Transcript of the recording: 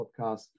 podcast